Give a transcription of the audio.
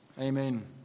Amen